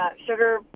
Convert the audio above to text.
Sugar